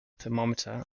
thermometer